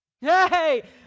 Hey